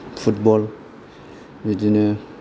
football बिदिनो